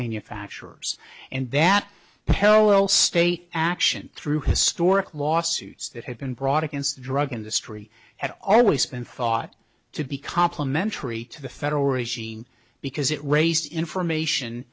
manufacturers and that parallel state action through historic lawsuits that had been brought against the drug industry had always been thought to be complementary to the federal regime because it raised information